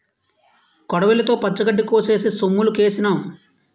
కొడవలితో పచ్చగడ్డి కోసేసి సొమ్ములుకేసినాం